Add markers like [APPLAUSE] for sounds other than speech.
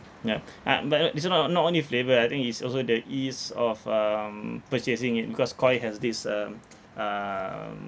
yup ah but uh this [one] not not only the flavour I think is also the ease of um purchasing it because Koi has this um [NOISE] um